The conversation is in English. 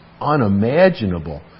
unimaginable